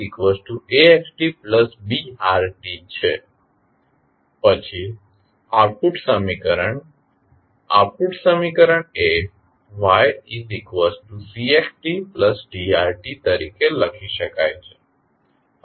પછી આઉટપુટ સમીકરણ આઉટપુટ સમીકરણ એ ytcxtdrt તરીકે લખી શકાય છે